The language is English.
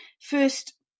first